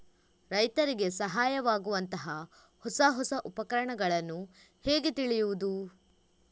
ರೈತರಿಗೆ ಸಹಾಯವಾಗುವಂತಹ ಹೊಸ ಹೊಸ ಉಪಕರಣಗಳನ್ನು ಹೇಗೆ ತಿಳಿಯುವುದು?